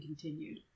continued